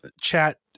chat